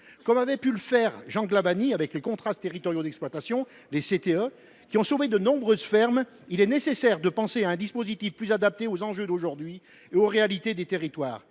Comme avait pu le faire Jean Glavany, avec les contrats territoriaux d’exploitation (CTE), qui ont sauvé de nombreuses fermes, il est nécessaire de penser à un dispositif plus adapté aux enjeux d’aujourd’hui et aux réalités des territoires.